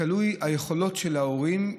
תלויה ביכולות של ההורים.